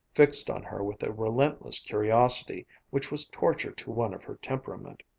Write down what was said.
fixed on her with a relentless curiosity which was torture to one of her temperament.